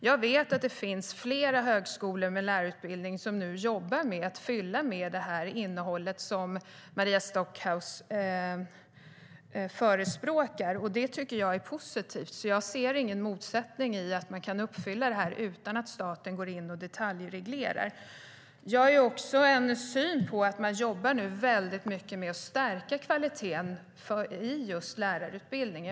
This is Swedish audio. Jag vet att det finns flera högskolor med lärarutbildning som nu jobbar med att fylla utbildningen med det innehåll som Maria Stockhaus förespråkar. Det tycker jag är positivt. Jag ser ingen motsättning i att man kan uppfylla det här utan att staten går in och detaljreglerar. Jag har också en syn på att man jobbar mycket med att stärka kvaliteten i just lärarutbildningen.